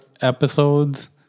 episodes